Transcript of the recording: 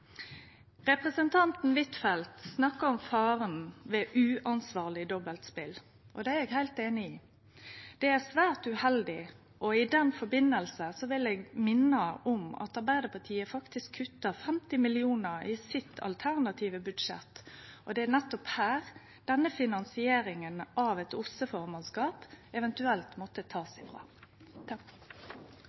Representanten Huitfeldt snakka om faren ved uansvarleg dobbeltspel. Det er eg heilt einig i. Det er svært uheldig, og i den samanhengen vil eg minne om at Arbeidarpartiet faktisk kutta 50 mill. kr i sitt alternative budsjett – nettopp der finansieringa av eit OSSE-formannskap eventuelt måtte bli teke frå.